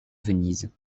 venise